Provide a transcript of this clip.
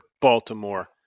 Baltimore